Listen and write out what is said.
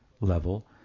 level